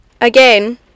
Again